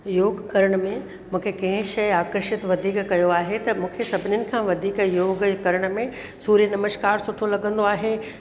योग करण में मूंखे कंहिं शइ आकर्षित वधीक कयो आहे त मूंखे सभिनीनि खां वधीक योग करण में सूर्य नमश्कार सुठो लॻंदो आहे